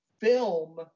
film